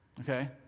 Okay